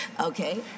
Okay